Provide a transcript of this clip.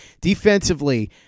Defensively